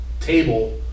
table